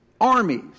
armies